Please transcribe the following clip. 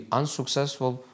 unsuccessful